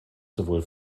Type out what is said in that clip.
sowohl